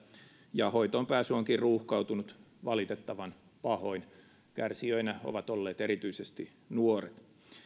ja hoitoonpääsy onkin ruuhkautunut valitettavan pahoin kärsijöinä ovat olleet erityisesti nuoret